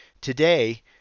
Today